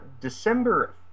December